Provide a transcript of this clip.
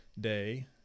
day